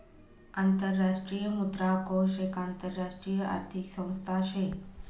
आंतरराष्ट्रीय मुद्रा कोष एक आंतरराष्ट्रीय आर्थिक संस्था शे